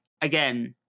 again